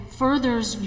furthers